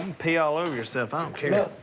and pee all over yourself, i don't care.